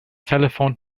telephoned